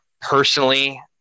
personally